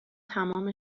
تمام